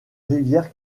rivière